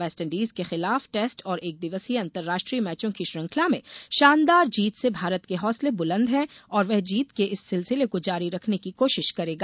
West Indies के खिलाफ test और एक दिवसीय अन्तरराष्ट्रीय मैचों की श्रृंखला में शानदार जीत से भारत के हौसले बुलन्द हैं और वह जीत के इस सिलसिले को जारी रखने की कोशिश करेगा